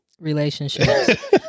Relationships